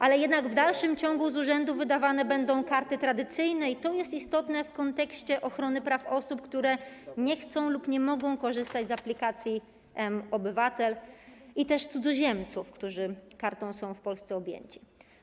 Ale jednak w dalszym ciągu z urzędu wydawane będą karty tradycyjne i to jest istotne w kontekście ochrony praw osób, które nie chcą lub nie mogą korzystać z aplikacji mObywatel, i też cudzoziemców, którzy w Polsce są objęci prawem do posiadania karty.